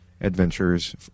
adventures